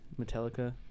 Metallica